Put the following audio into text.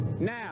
Now